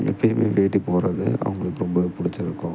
எப்பையுமே வேட்டி போடுறது அவங்களுக்கு ரொம்பவே பிடிச்சி இருக்கும்